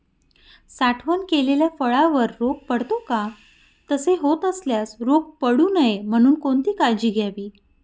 साठवण केलेल्या फळावर रोग पडतो का? तसे होत असल्यास रोग पडू नये म्हणून कोणती काळजी घ्यावी?